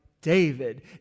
David